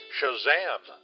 Shazam